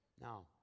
Now